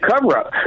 cover-up